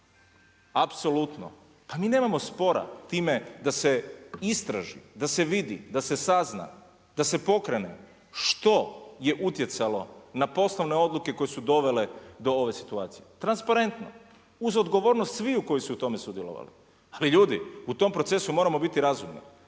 apsolutno, pa mi nemamo spora time da se istraži, da se vidi, da se sazna, da se pokrene što je utjecalo na poslovne odluke koje su dovele do ove situacije, transparentno, uz odgovornost svih koji su u tome sudjelovali. Ali ljudi, u tom procesu moramo biti razumni,